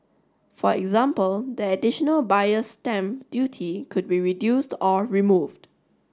for example the additional buyer's stamp duty could be reduced or removed